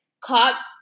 cops